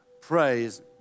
Praise